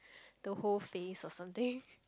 the whole face or something